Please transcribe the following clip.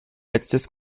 letztes